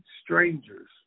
strangers